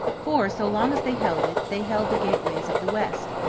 for, so long as they held it, they held the gateways of the west,